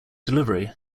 delivery